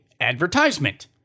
advertisement